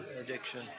addiction